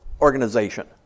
organization